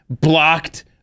blocked